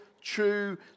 true